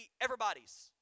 everybody's